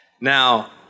Now